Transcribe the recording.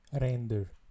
render